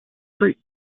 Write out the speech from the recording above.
street